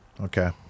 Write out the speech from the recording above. Okay